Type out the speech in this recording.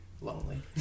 lonely